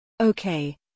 Okay